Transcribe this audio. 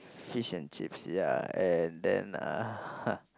fish and chips yeah and then uh ha